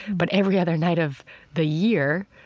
but every other night of the year,